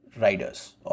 riders